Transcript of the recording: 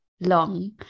long